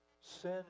sin